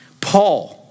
Paul